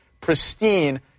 pristine